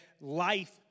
life